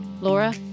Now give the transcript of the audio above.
Laura